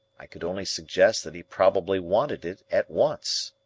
i could only suggest that he probably wanted it at once.